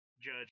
judge